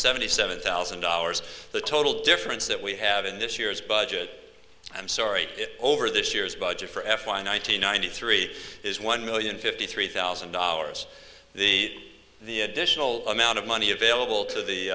seventy seven thousand dollars the total difference that we have in this year's budget i'm sorry it over this year's budget for f y nine hundred ninety three is one million fifty three thousand dollars the the additional amount of money available to